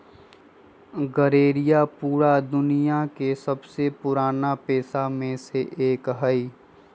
गरेड़िया पूरा दुनिया के सबसे पुराना पेशा में से एक हई